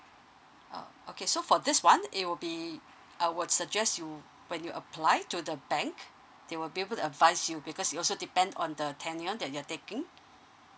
oh okay so for this one it will be I will suggest you when you apply to the bank they will be able to advise you because you also depend on the tenure that you are taking